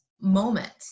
moment